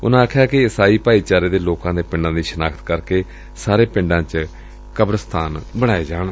ਉਨੂਂ ਕਿਹਾ ਕਿ ਈਸਾਈ ਭਾਈਚਾਰੇ ਦੇ ਲੋਕਾਂ ਦੇ ਪਿੰਡਾਂ ਦੀ ਸ਼ਨਾਖਤ ਕਰ ਕੇ ਸਾਰੇ ਪਿੰਡਾਂ ਚ ਕਬਰਸਤਾਨ ਬਣਾਏ ਜਾਣ